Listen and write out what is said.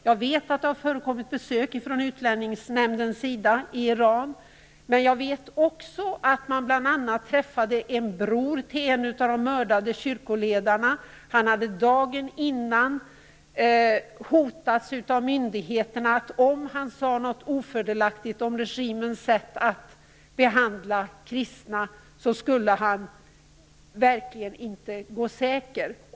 Jag vet att det har förekommit besök från Utlänningsnämndens sida i Iran, men jag vet också att man bl.a. träffade en bror till en av de mördade kyrkoledarna. Han hade dagen innan hotats av myndigheterna med att han verkligen inte skulle gå säker om han sade något ofördelaktigt om regimens sätt att behandla kristna.